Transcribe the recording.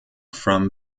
from